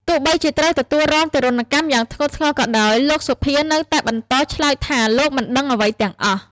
ទោះបីជាត្រូវទទួលរងទារុណកម្មយ៉ាងធ្ងន់ធ្ងរក៏ដោយ លោក សូភា នៅតែបន្តឆ្លើយថា លោកមិនដឹងអ្វីទាំងអស់។